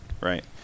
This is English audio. right